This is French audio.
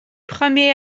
premiers